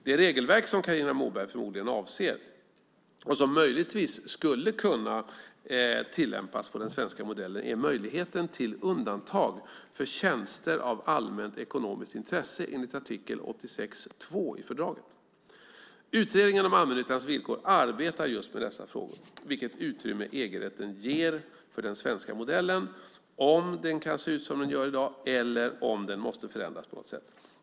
Det regelverk som Carina Moberg förmodligen avser, och som möjligtvis skulle kunna tillämpas på den svenska modellen, är möjligheten till undantag för tjänster av allmänt ekonomiskt intresse enligt artikel 86.2 i fördraget. Utredningen om allmännyttans villkor arbetar just med dessa frågor, det vill säga vilket utrymme EG-rätten ger för den svenska modellen, om den kan se ut som den gör i dag eller om den måste förändras på något sätt.